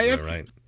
right